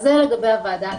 זה לגבי הוועדה הציבורית.